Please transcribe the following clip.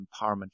empowerment